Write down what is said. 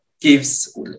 gives